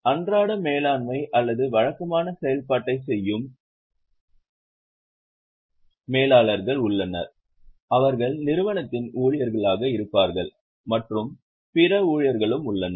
அன்றாட மேலாண்மை அல்லது வழக்கமான செயல்பாட்டைச் செய்யும் மேலாளர்கள் உள்ளனர் அவர்கள் நிறுவனத்தின் ஊழியர்களாக இருப்பார்கள் மற்றும் பிற ஊழியர்களும் உள்ளனர்